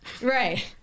Right